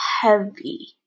heavy